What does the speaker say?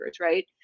right